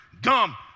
Dumb